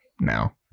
now